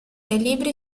libri